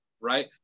right